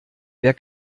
wer